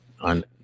on